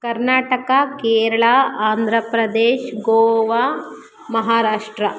Karnataka Kerala Andhra Pradesh Goa Maharashtra